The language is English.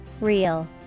Real